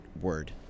word